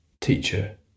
teacher